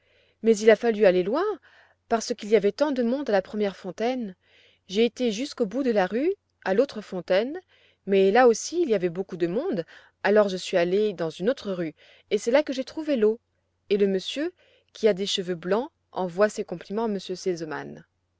mais il a fallu aller loin parce qu'il y avait tant de monde à la première fontaine j'ai été jusqu'au bout de la rue à l'autre fontaine mais là aussi il y avait beaucoup de monde alors je suis allée dans une autre rue et c'est là que j'ai trouvé l'eau et le monsieur qui a des cheveux blancs envoie ses compliments